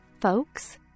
folks